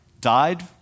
died